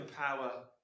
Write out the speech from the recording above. power